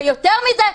ויותר מזה,